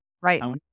Right